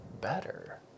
better